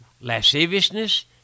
lasciviousness